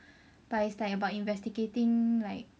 but it's like about investigating like